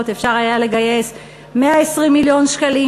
אפשר היה לגייס 120 מיליון שקלים,